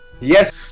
Yes